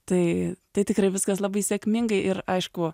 tai tai tikrai viskas labai sėkmingai ir aišku